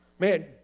Man